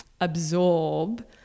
absorb